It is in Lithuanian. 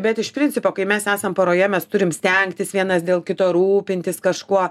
bet iš principo kai mes esam poroje mes turim stengtis vienas dėl kito rūpintis kažkuo